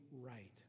right